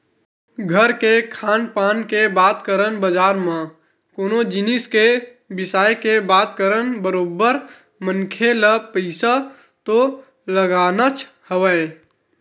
घर के खान पान के बात करन बजार म कोनो जिनिस के बिसाय के बात करन बरोबर मनखे ल पइसा तो लगानाच हवय